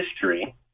history